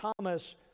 Thomas